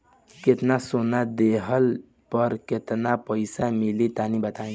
केतना सोना देहला पर केतना पईसा मिली तनि बताई?